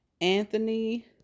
Anthony